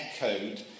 echoed